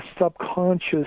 subconscious